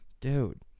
dude